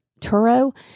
Turo